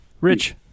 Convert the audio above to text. Rich